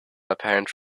apparent